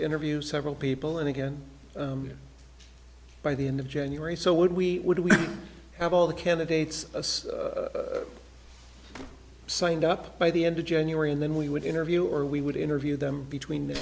interview several people and again by the end of january so would we would we have all the candidates signed up by the end of january and then we would interview or we would interview them between the